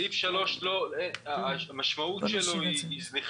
הפער בפסקה (3) הוא זניח.